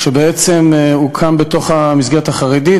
כשבעצם הוא קם בתוך המסגרת החרדית,